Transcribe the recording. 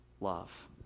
love